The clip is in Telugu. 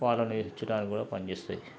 పాలనేవి రుచి పనిచేస్తాయి